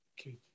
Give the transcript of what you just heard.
Okay